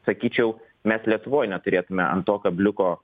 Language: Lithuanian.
sakyčiau mes lietuvoj neturėtume ant to kabliuko